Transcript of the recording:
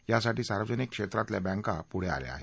यासाठी सार्वजनिक क्षेत्रातल्या बँका पुढे आल्या आहेत